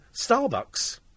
Starbucks